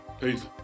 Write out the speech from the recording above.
Peace